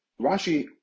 Rashi